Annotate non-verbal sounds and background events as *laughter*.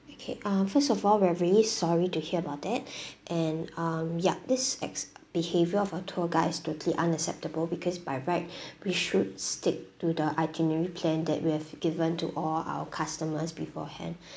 okay um first of all we are very sorry to hear about that *breath* and um ya this ex~ *noise* behavior of our tour guide is totally unacceptable because by right *breath* we should stick to the itinerary plan that we have given to all our customers beforehand